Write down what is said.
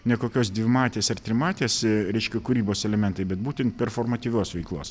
ne kokios dvimatės ar trimatės reiškia kūrybos elementai bet būtent performatyvios veiklos